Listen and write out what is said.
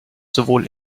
sowohl